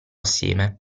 assieme